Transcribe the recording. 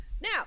Now